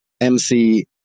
MC